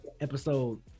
episode